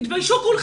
תתביישו כולכם.